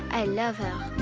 i love her.